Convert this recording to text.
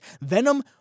Venom